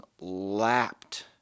lapped